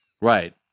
Right